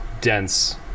dense